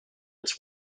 its